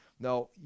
Now